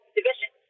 Division